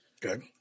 Good